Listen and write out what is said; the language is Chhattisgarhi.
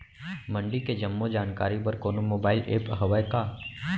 मंडी के जम्मो जानकारी बर कोनो मोबाइल ऐप्प हवय का?